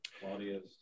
Claudius